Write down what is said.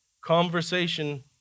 conversation